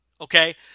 Okay